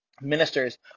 ministers